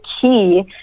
key